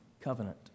covenant